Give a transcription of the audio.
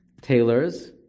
Tailors